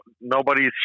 Nobody's